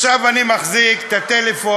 עכשיו אני מחזיק את הטלפון,